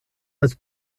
als